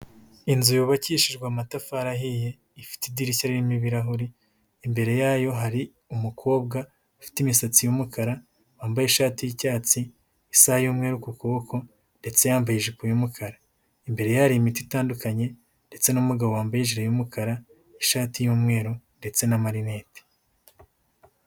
Inzu yubakishijwe amatafari ahiye, ifite idirishya ririmo ibirahuri, imbere yayo hari umukobwa ufite imisatsi y'umukara, wambaye ishati y'icyatsi, isaha y'umweru ku kuboko, ndetse yambaye ijipo y'umukara. Imbere ye hari imiti itandukanye, ndetse n'umugabo wambaye ijiri y'umukara, ishati y'umweru, ndetse n'amarinete.